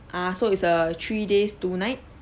ah so it's a three days two night